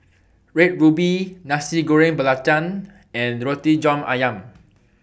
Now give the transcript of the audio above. Red Ruby Nasi Goreng Belacan and Roti John Ayam